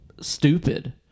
Stupid